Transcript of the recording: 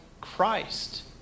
christ